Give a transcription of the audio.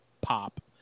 pop